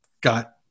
got